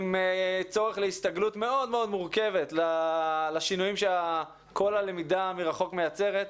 עם צורך להסתגלות מאוד מורכבת לשינויים שכל הלמידה מרחוק מייצרת,